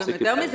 לדעתי,